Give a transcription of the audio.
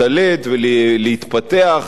איזו ישות פוליטית